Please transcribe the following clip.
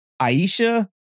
Aisha